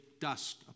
dust